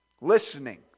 listening